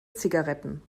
zigaretten